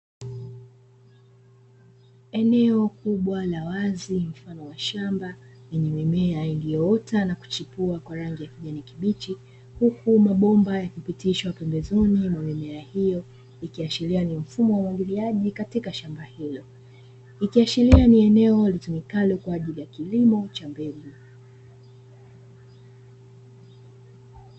Eneo kubwa la wazi mfano wa shamba, lenye mimea iliyoota na kuchipua kwa rangi ya kijani kibichi, huku mabomba yakipitishwa pembezoni mwa mimea hiyo, ikiashiria ni mfumo wa umwagiliaji katika shamba hili. Ikiashiria ni eneo litumikalo kwa ajili ya kilimo cha mbegu.